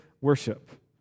worship